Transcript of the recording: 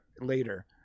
later